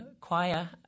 Choir